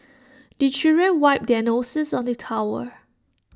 the children wipe their noses on the towel